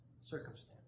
circumstance